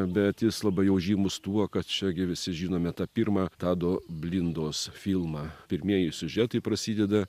bet jis labai jau žymus tuo kad čia gi visi žinome tą pirmą tado blindos filmą pirmieji siužetai prasideda